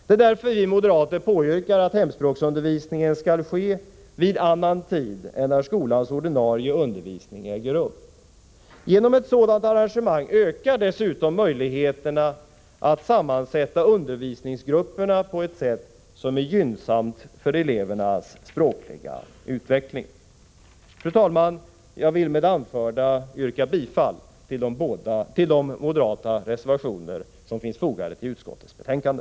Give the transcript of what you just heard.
Det är därför vi moderater påyrkar att hemspråksundervisningen skall ske vid annan tid än när skolans ordinarie undervisning äger rum. Genom ett sådant arrangemang ökar dessutom möjligheterna att sammansätta undervisningsgrupperna på ett sätt som är gynnsamt för elevernas språkliga utveckling. Fru talman! Jag vill med det anförda yrka bifall till de moderata reservationer som finns fogade till utskottets betänkande.